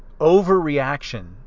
overreaction